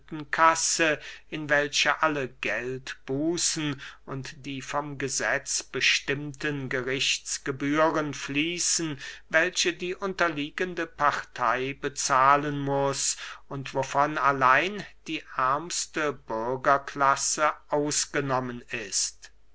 in welche alle geldbußen und die vom gesetz bestimmten gerichtsgebühren fließen welche die unterliegende partey bezahlen muß und wovon allein die ärmste bürgerklasse ausgenommen ist